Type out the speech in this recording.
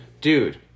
Dude